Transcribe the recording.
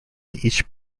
each